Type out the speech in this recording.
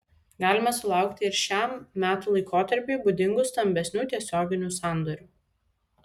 galime sulaukti ir šiam metų laikotarpiui būdingų stambesnių tiesioginių sandorių